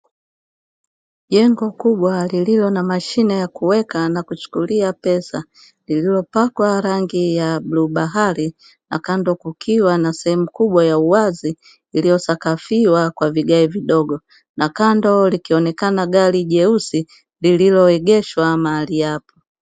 Jengo kubwa lililo na mashine ya kuweka na kuchukulia pesa lililopakwa rangi ya bluu bahari na kando kukiwa na sehemu kubwa ya uwazi, iliyosakafiwa kwa vigai vidogo na kando likionekana gari jeusi lililoegeshwa mahali hapa.